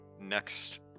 Next